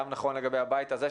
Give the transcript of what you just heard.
זה גם נכון לגבי הבית הזה,